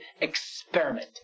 experiment